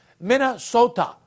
Minnesota